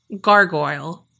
gargoyle